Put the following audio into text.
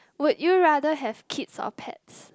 would you rather have kids or pets